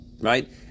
right